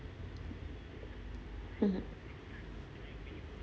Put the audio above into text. mmhmm